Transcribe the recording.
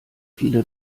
viele